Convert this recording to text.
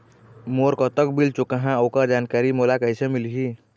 मोर कतक बिल चुकाहां ओकर जानकारी मोला कैसे मिलही?